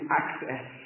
access